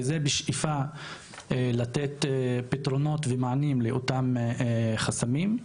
וזה בשאיפה לתת פתרונות ומענים לאותם חסמים.